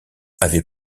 avait